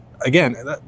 again